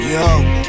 Yo